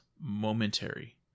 momentary